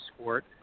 sport